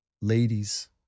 ladies